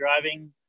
driving